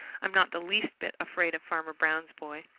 i'm not the least bit afraid of farmer brown's boy.